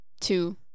Two